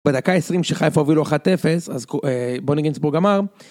בדקה 20 כשחיפה להוביל 1-0, אז בוני גינצבורג.